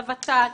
לוות"ת,